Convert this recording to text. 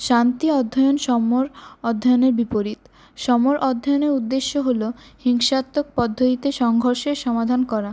শান্তি অধ্যায়ন সমর অধ্যায়নের বিপরীত সমর অধ্যায়নের উদ্দেশ্য হল হিংসাত্মক পদ্ধতিতে সংঘর্ষের সমাধান করা